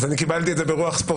אז אני קיבלתי את זה ברוח ספורטיבית.